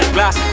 Glass